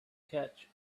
catch